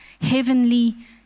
heavenly